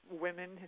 women